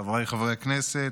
חבריי חברי הכנסת,